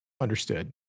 understood